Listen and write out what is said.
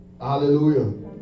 Hallelujah